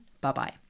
bye-bye